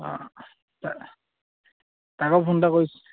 অঁ তা তাকো ফোন এটা কৰিছ